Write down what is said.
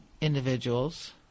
individuals